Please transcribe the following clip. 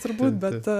turbūt bet